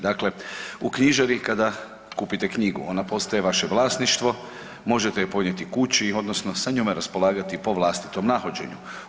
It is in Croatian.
Dakle, u knjižari kada kupite knjigu ona postaje vaše vlasništvo, možete ju ponijeti kući odnosno sa njome raspolagati po vlastitom nahođenju.